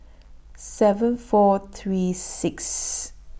seven four three Sixth